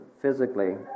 physically